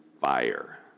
fire